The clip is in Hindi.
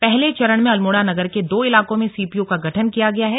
पहले चरण में अल्मोड़ा नगर के दो इलाकों में सी पी यू का गठन किया गया है